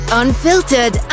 unfiltered